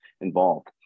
involved